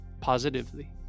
positively